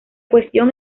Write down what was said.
cuestión